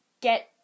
Get